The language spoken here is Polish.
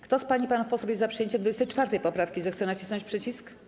Kto z pań i panów posłów jest za przyjęciem 24. poprawki, zechce nacisnąć przycisk.